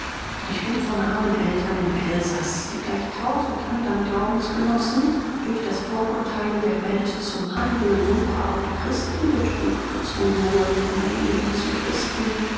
ich bin von armen eltern im elsaß die gleich tausend andern glaubensgenossen durch das vorurteil der welt zum handel wucher und christenbetrug gezwungen wurden um ihr leben zu fristen